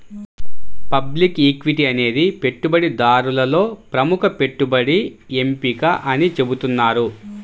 public equity అనేది పెట్టుబడిదారులలో ప్రముఖ పెట్టుబడి ఎంపిక అని చెబుతున్నారు